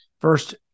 first